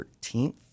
13th